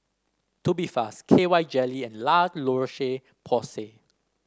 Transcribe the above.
Tubifast K Y Jelly and La Roche Porsay